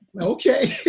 Okay